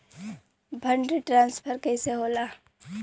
Fund transfer कैसे होला?